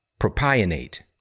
propionate